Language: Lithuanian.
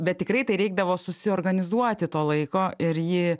bet tikrai tai reikdavo susiorganizuoti to laiko ir jį